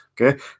Okay